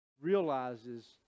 realizes